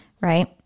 Right